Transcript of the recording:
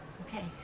Okay